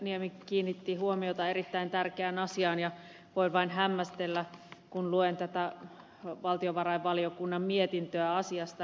pihlajaniemi kiinnitti huomiota erittäin tärkeään asiaan ja voin vain hämmästellä kun luen tätä valtiovarainvaliokunnan mietintöä asiasta